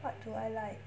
what do I like